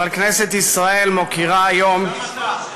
אבל כנסת ישראל מוקירה היום, גם אתה.